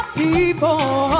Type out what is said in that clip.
people